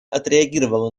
отреагировала